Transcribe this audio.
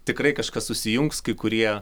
tikrai kažkas susijungs kai kurie